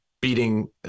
beating